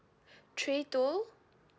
three two